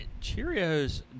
Cheerios